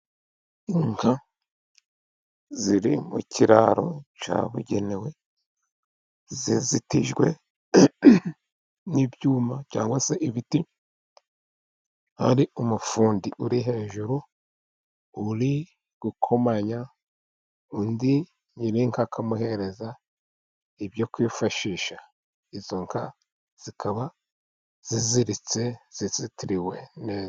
Inka ziri mu kiraro cyabugenewe zizitijwe n'ibyuma cyangwa se ibiti ari umufundi uri hejuru uri gukomanya undi nyirininkakamuhereza ibyo kwifashisha izo nka zikaba ziziritse zizitiriwe neza.